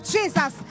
Jesus